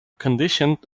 conditioned